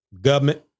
government